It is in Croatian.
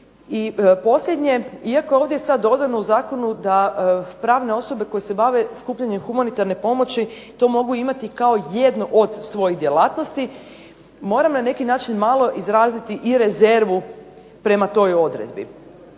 I posljednje iako je ovdje sad dodano u zakonu da pravne osobe koje se bave skupljanjem humanitarne pomoći to mogu imati kao jednu od svojih djelatnosti. Moram na neki način malo izraziti i rezervu prema toj odredbi.